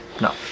No